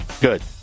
Good